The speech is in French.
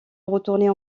retourner